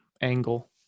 angle